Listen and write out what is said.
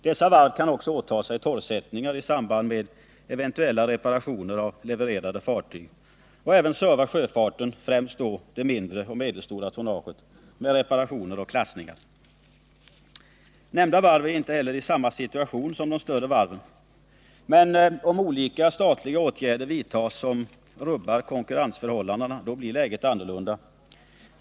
Dessa varv kan också åta sig torrsättningar i samband med eventuell reparation av levererade fartyg och även serva sjöfarten, främst då det mindre och medelstora tonnaget, med reparation och klassningar. Nämnda varv är inte i samma situation som de större varven. Med om olika statliga åtgärder vidtas som rubbar konkurrensförhållandena blir läget annorlunda.